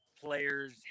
players